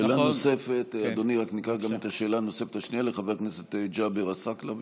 שאלה נוספת, לחבר הכנסת ג'אבר עסאקלה.